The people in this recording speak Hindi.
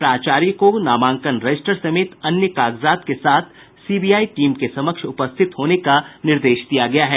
प्राचार्य को नामांकन रजिस्टर समेत अन्य कागजात के साथ सीबीआई टीम के समक्ष उपस्थित होने का निर्देश दिया गया है